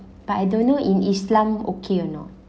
but I don't know in islam okay or not